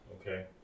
Okay